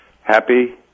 happy